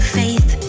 faith